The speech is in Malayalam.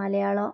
മലയാളം